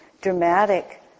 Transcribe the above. dramatic